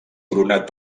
coronat